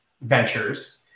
ventures